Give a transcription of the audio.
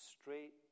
straight